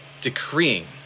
decreeing